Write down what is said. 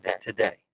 today